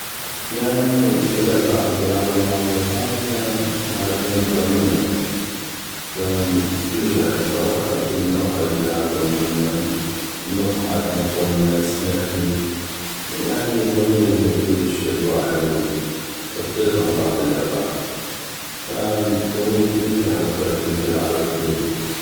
يعني كلعبه احب العبه مع اصدقائي احنا عدنا الدومينه ف كلش احبه واحب انو نقعد نلعب دومينه نضحك نتونس نحكي يعني الدومينا بيها كلش اجواء حلوي تختلف عن باقي اللعبات ف الدومينا كلش احبه كلش العبه كثيغ